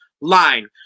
line